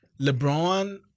LeBron